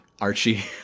Archie